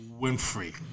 Winfrey